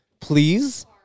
please